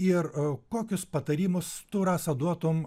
ir kokius patarimus tu rasa duotum